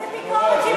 איזה ביקורת שיפוטית?